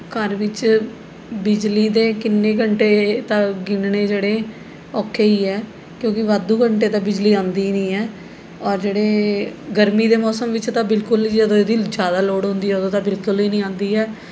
ਘਰ ਵਿੱਚ ਬਿਜਲੀ ਦੇ ਕਿੰਨੇ ਘੰਟੇ ਤਾਂ ਗਿਣਨੇ ਜਿਹੜੇ ਔਖੇ ਹੀ ਹੈ ਕਿਉਂਕਿ ਵਾਧੂ ਘੰਟੇ ਤਾਂ ਬਿਜਲੀ ਆਉਂਦੀ ਨਹੀਂ ਹੈ ਔਰ ਜਿਹੜੇ ਗਰਮੀ ਦੇ ਮੌਸਮ ਵਿੱਚ ਤਾਂ ਬਿਲਕੁਲ ਜਦੋਂ ਇਹਦੀ ਜਿਆਦਾ ਲੋੜ ਹੁੰਦੀ ਹੈ ਉਦੋਂ ਤਾਂ ਬਿਲਕੁਲ ਹੀ ਨਹੀਂ ਆਉਂਦੀ ਹੈ